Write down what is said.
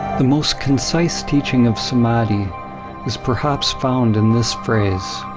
the most concise teaching of samadhi is perhaps found in this phrase